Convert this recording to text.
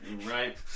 Right